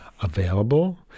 available